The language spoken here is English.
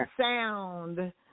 sound